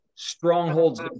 strongholds